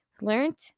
learned